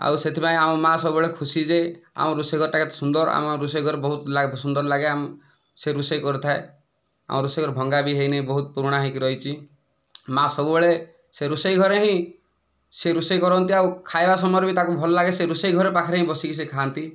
ଆଉ ସେଥିପାଇଁ ଆମ ମା' ସବୁବେଳେ ଖୁସି ଯେ ଆମ ରୋଷେଇ ଘରଟା କେତେ ସୁନ୍ଦର ଆମ ରୋଷେଇ ଘର ବହୁତ ଲାଇଫ ସୁନ୍ଦର ଲାଗେ ଆମ ସେ ରୋଷେଇ କରିଥାଏ ଆମ ରୋଷେଇ ଘର ଭଙ୍ଗା ବି ହୋଇନି ବହୁତ ପୁରୁଣା ହୋଇକି ରହିଛି ମା' ସବୁବେଳେ ସେ ରୋଷେଇ ଘରେ ହିଁ ସେ ରୋଷେଇ କରନ୍ତି ଆଉ ଖାଇବା ସମୟରେ ବି ତାକୁ ଭଲ ଲାଗେ ସେ ରୋଷେଇ ଘର ପାଖରେ ହିଁ ବସିକି ସେ ଖାଆନ୍ତି